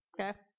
Okay